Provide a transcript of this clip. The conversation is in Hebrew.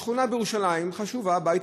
בשכונה חשובה בירושלים,